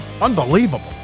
Unbelievable